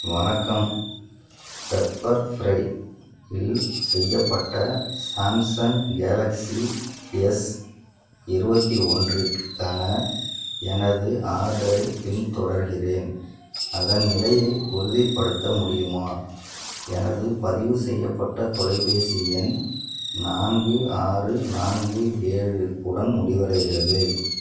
வணக்கம் Pepperfry இல் செய்யப்பட்ட சாம்சங் கேலக்ஸி எஸ் இருபத்தி ஒன்றுக்கான எனது ஆர்டரை பின் தொடர்கிறேன் அதன் நிலையை உறுதிப்படுத்த முடியுமா எனது பதிவுசெய்யப்பட்ட தொலைபேசி எண் நான்கு ஆறு நான்கு ஏழு உடன் முடிவடைகிறது